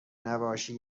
نباشی